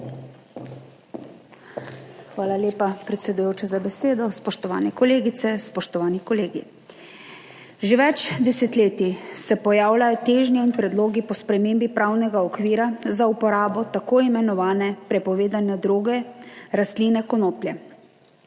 Hvala lepa, predsedujoči za besedo. Spoštovane kolegice, spoštovani kolegi. Že več desetletij se pojavljajo težnje in predlogi po spremembi pravnega okvira za uporabo tako imenovane prepovedane droge, rastline konoplje,